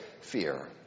fear